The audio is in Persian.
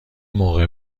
موقع